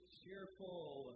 cheerful